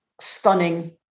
stunning